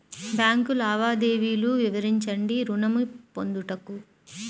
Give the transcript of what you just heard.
Bank లావాదేవీలు వివరించండి ఋణము పొందుటకు?